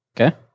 Okay